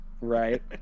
right